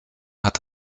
hat